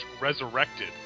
resurrected